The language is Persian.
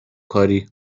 کاری